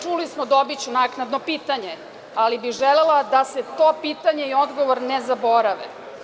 Čula sam da ću dobiti naknadno pitanje, ali bih želela da se to pitanje i odgovor ne zaborave.